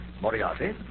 Moriarty